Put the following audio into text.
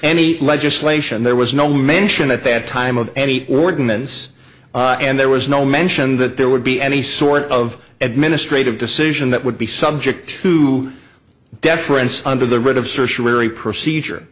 any legislation there was no mention at that time of any ordinance and there was no mention that there would be any sort of administrative decision that would be subject to deference under the writ of certiorari procedure